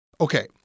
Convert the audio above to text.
Okay